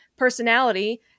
personality